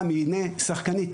מאמנות ובלי נשים,